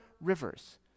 rivers